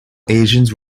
asians